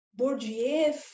Bourdieu